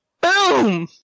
Boom